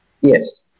Yes